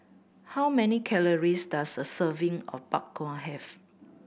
how many calories does a serving of Bak Kwa have